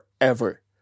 forever